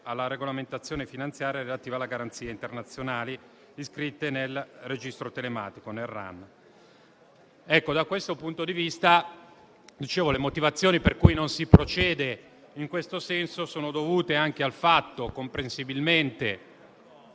alla regolamentazione finanziaria relativa alle garanzie internazionali iscritte nel registro aeronautico nazionale (RAN). Da questo punto di vista, le motivazioni per cui non si procede in questo senso sono dovute comprensibilmente